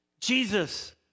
Jesus